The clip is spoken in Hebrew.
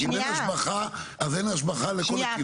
כי אם אין השבחה, אז אין השבחה לכל הכיוונים.